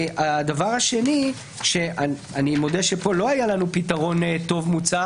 הדבר השני ואני מודה שכאן לא היה לנו פתרון טוב להציע,